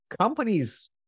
companies